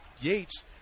Yates